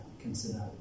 consider